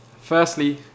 Firstly